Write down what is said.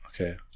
okay